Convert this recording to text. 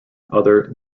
other